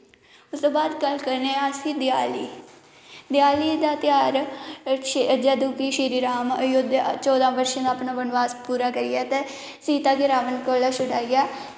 उसदे बाद अस गल्ल करने आं अस देआली देआली दा ध्यार जदूं कि श्री राम अयोध्या चौदां वर्ष दा अपना वनवास पूरा करियै ते सीता गी रावण कोला छुड़ाइयै